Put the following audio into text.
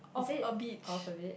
is it of a beach